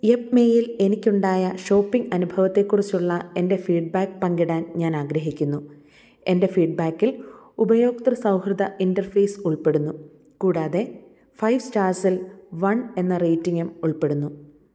യെപ്മേയിൽ എനിക്കുണ്ടായ ഷോപ്പിംഗ് അനുഭവത്തെക്കുറിച്ചുള്ള എൻ്റെ ഫീഡ് ബാക്ക് പങ്കിടാൻ ഞാൻ ആഗ്രഹിക്കുന്നു എൻ്റെ ഫീഡ് ബാക്കിൽ ഉപയോക്തൃ സൗഹൃദ ഇന്റര്ഫേസ് ഉൾപ്പെടുന്നു കൂടാതെ ഫൈവ് സ്റ്റാർസിൽ വണ് എന്ന റേറ്റിംഗും ഉൾപ്പെടുന്നു